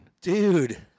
Dude